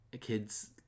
kids